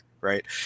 right